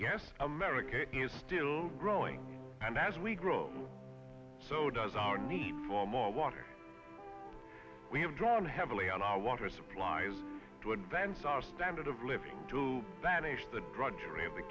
i'm america is still growing and as we grow so does our need for more water we have drawn heavily on our water supplies to advance our standard of living to that age the drudgery of the